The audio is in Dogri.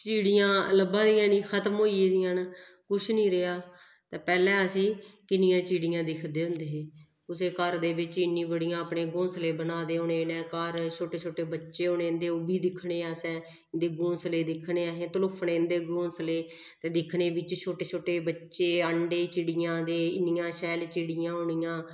चिड़ियां लब्भा दियां निं खतम होई गेदियां न कुछ निं रेहा ते पैह्लें असीं किन्नियां चिड़ियां दिखदे होंदे हे कुसै घर दे बिच्च इन्नी बड़ियां अपने घौंसले बना दे होने घर छोटे छोटे बच्चे होने इं'दे ओह् बी दिक्खने असें इं'दे घौंसले दिक्खने असें तलुफने इं'दे घौंसले ते दिक्खने बिच्च छोटे छोटे बच्चे अंडे चिड़ियां दे इन्नियां शैल चिड़ियां होनियां